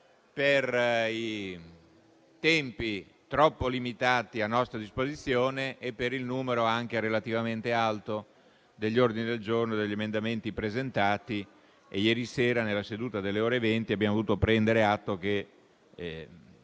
per i tempi troppo limitati a nostra disposizione e per il numero, relativamente alto, degli ordini del giorno e degli emendamenti presentati. Ieri sera, nella seduta delle ore 20, abbiamo dovuto prendere atto che